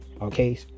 Okay